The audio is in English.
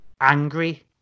angry